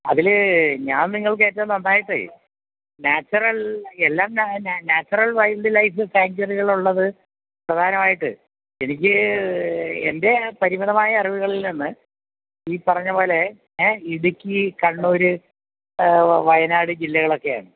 അതിൽ ഞാൻ നിങ്ങൾക്ക് ഏറ്റവും നന്നായിട്ട് നാച്ചുറൽ എല്ലാം നാച്ചൊറൽ വൈൽഡ് ലൈഫ് സാഞ്ചുറികൾ ഉള്ളത് പ്രധാനമായിട്ട് എനിക്ക് എൻ്റെ പരിമിതമായ അറിവുകളിൽ നിന്ന് ഈ പറഞ്ഞത് പോലെ ഏ ഇടുക്കി കണ്ണൂർ വയനാട് ജില്ലകളൊക്കെയാണ്